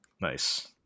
Nice